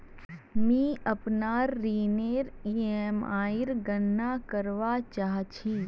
मि अपनार ऋणनेर ईएमआईर गणना करवा चहा छी